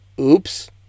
Oops